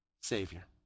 Savior